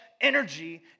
energy